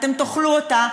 אתם תאכלו אותה,